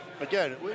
again